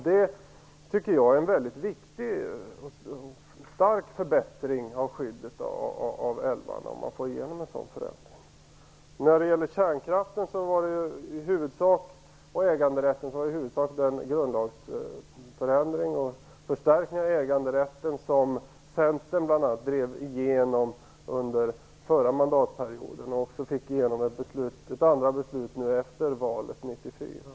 Det tycker jag vore en mycket viktig och stark förbättring av skyddet av älvarna. När det gäller kärnkraften och äganderätten drev bl.a. Centern igenom en grundlagsförändring och förstärkning av äganderätten under den förra mandatperioden. Man fick också igenom ett andra beslut efter valet 1994.